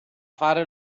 fare